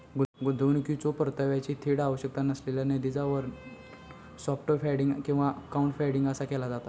गुंतवणुकीच्यो परताव्याची थेट आवश्यकता नसलेल्या निधीचा वर्णन सॉफ्ट फंडिंग किंवा क्राऊडफंडिंग असा केला जाता